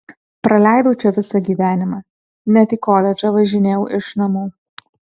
praleidau čia visą gyvenimą net į koledžą važinėjau iš namų